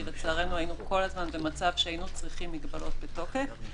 כי לצערנו היינו כל הזמן במצב שהיינו צריכים מגבלות בתוקף.